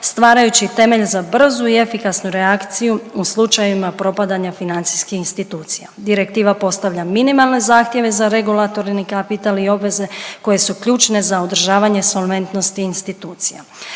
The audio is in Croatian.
stvarajući temelj za brzu i efikasnu reakciju u slučajevima propadanja financijskih institucija. Direktiva postavlja minimalne zahtjeve za regulatorni kapital i obveze koje su ključne za održavanje solventnosti institucija.